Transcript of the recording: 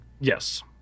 Yes